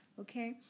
Okay